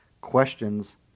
questions